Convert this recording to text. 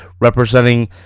representing